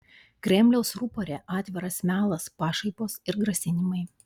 kremliaus rupore atviras melas pašaipos ir grasinimai